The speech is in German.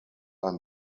ein